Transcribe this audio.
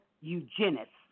eugenists